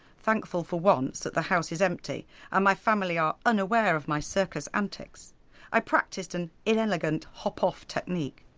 thankful for once that the house is empty and my family are unaware of my circus antics i practised an inelegant hop off technique.